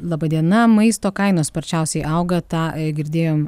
laba diena maisto kainos sparčiausiai auga tą girdėjom